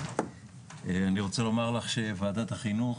אני רוצה לומר שוועדת החינוך,